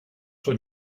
sua